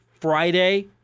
Friday